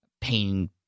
pain